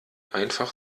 einfach